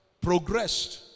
progressed